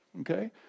Okay